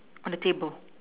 on the table